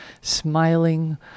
smiling